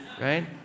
Right